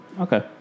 okay